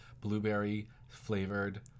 blueberry-flavored